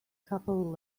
couple